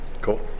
Cool